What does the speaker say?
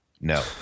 no